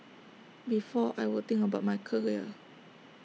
before I would think about my career